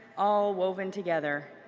all woven together.